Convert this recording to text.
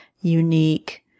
Unique